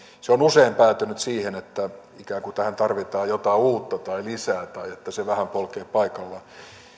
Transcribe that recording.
se on usein päätynyt siihen että ikään kuin tähän tarvitaan jotain uutta tai lisää tai että se vähän polkee paikallaan